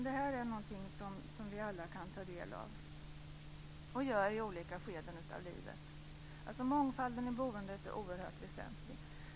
Det är någonting som vi alla kan ta del av - och gör i olika skeden av livet. Mångfalden i boendet är oerhört väsentlig.